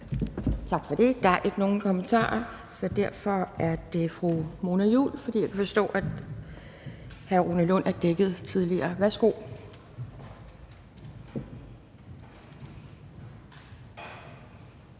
Tak for det. Der er ikke nogen kommentarer. Det er fru Mona Juul, for jeg kan forstå, at hr. Rune Lund er dækket tidligere. Værsgo.